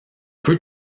peut